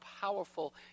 powerful